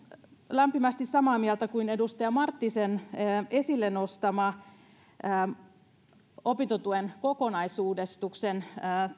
lämpimästi samaa mieltä kuin edustaja marttinen joka nosti esille opintotuen kokonaisuudistuksen